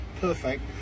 perfect